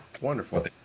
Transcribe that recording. wonderful